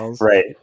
Right